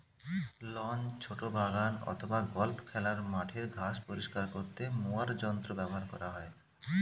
loan, ছোট বাগান অথবা গল্ফ খেলার মাঠের ঘাস পরিষ্কার করতে মোয়ার যন্ত্র ব্যবহার করা হয়